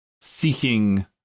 seeking